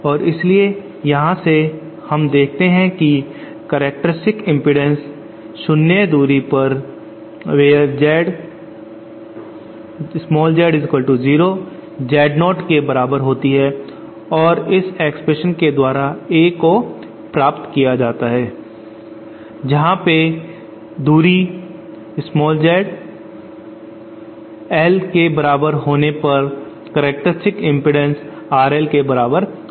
और इसलिए यहां से हम देखते हैं कि करैक्टरस्टिक इम्पीडन्स शुन्य दूरी पर Zz0 Z0 के बराबर होती है और इस एक्सप्रेशन के द्वारा A को प्राप्त किया जा सकता है जहां पर दूरी L के बराबर होने पर करैक्टरस्टिक इम्पीडन्स RL के बराबर होता है